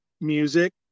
music